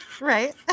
right